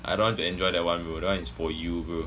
I don't want to enjoy that one bro that one is for you bro